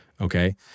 okay